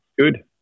Good